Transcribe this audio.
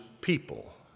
people